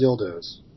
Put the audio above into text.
dildos